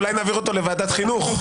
אולי נעביר אותו לוועדת חינוך.